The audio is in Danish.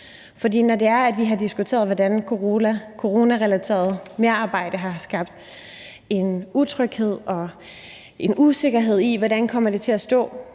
For når vi har diskuteret, hvordan coronarelateret merarbejde har skabt en utryghed og en usikkerhed i, hvordan det kommer til at stå